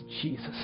Jesus